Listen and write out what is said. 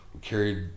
Carried